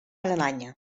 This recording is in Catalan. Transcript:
alemanya